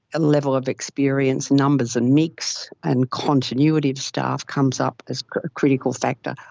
level of experience, numbers and mix and continuity of staff comes up as a critical factor.